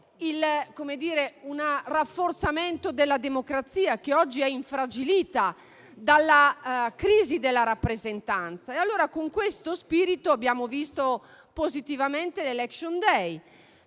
un rafforzamento della democrazia, che oggi è infragilita dalla crisi della rappresentanza. Con questo spirito abbiamo visto positivamente l'*election day*,